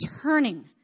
turning